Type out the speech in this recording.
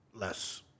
Less